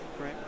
right